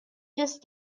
just